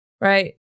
right